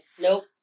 nope